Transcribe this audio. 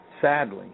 Sadly